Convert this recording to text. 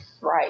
right